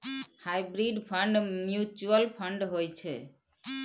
hybrid fund mutual fund होइ छै